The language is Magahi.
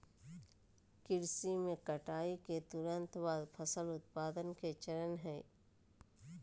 कृषि में कटाई के तुरंत बाद फसल उत्पादन के चरण हइ